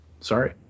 Sorry